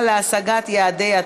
הארכת חופשת לידה),